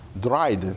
dried